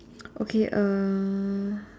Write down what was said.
okay uh